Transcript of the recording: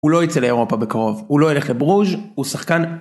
הוא לא ייצא לאירופה בקרוב, הוא לא יילך לברוז', הוא שחקן...